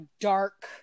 dark